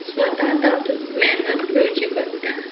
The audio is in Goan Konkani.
स्वता तातून मेहनत घेवची पडटा